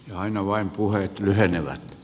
ja aina vain puheet lyhenevät